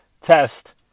test